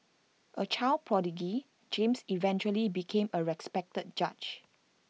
A child prodigy James eventually became A respected judge